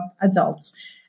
adults